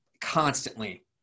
constantly